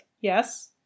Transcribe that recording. yes